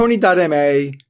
tony.ma